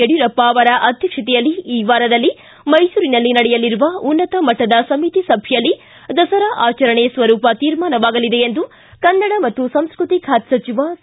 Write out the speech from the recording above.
ಯಡಿಯೂರಪ್ಪ ಅವರ ಅಧ್ಯಕ್ಷತೆಯಲ್ಲಿ ಈ ವಾರದಲ್ಲಿ ಮೈಸೂರಿನಲ್ಲಿ ನಡೆಯಲಿರುವ ಉನ್ನತ ಮಟ್ಟದ ಸಮಿತಿ ಸಭೆಯಲ್ಲಿ ದಸರಾ ಆಚರಣೆ ಸ್ವರೂಪ ತೀರ್ಮಾನವಾಗಲಿದೆ ಎಂದು ಕನ್ನಡ ಮತ್ತು ಸಂಸ್ಕೃತಿ ಖಾತೆ ಸಚಿವ ಸಿ